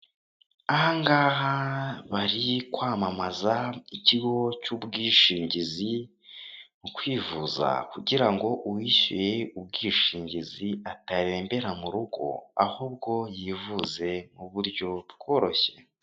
Ahangaha bari kwamamaza ikigo cy'ubwishingizi mu kwifuza, kugira ngo uwishyuye ubwishingizi atarembera mu rugo, ahaubwo yivuze mu buryo bworoshye.